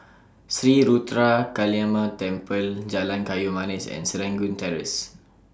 Sri Ruthra Kaliamman Temple Jalan Kayu Manis and Serangoon Terrace